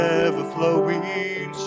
ever-flowing